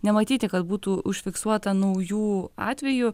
nematyti kad būtų užfiksuota naujų atvejų